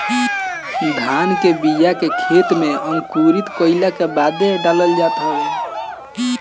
धान के बिया के खेते में अंकुरित कईला के बादे डालल जात हवे